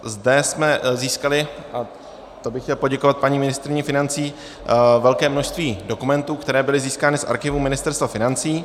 Zde jsme získali, a to bych chtěl poděkovat paní ministryni financí, velké množství dokumentů, které byly získány v archivu Ministerstva financí.